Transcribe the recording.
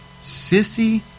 sissy